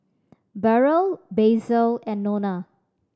Burrel Basil and Nona